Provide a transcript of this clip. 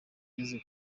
ugeze